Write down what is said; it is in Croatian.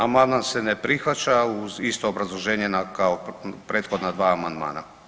Amandman se ne prihvaća uz isto obrazloženje kao prethodna dva amandmana.